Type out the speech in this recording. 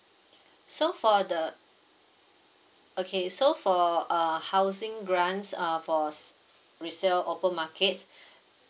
so for the okay so for uh housing grants uh for s~ resale over markets